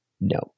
no